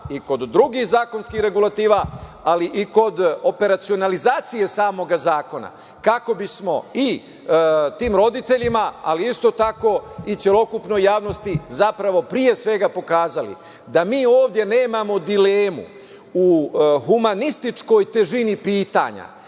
i kod drugih zakonskih regulativa, ali i kod operacionalizacije samog zakona kako bi smo i tim roditeljima, ali isto tako i celokupnoj javnosti, zapravo pre svega pokazali da mi ovde nemamo dilemu u humanističkoj težini pitanja. Nekako,